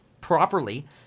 properly